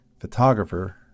photographer